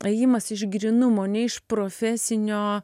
ėjimas iš grynumo ne iš profesinio